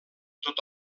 tot